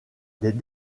des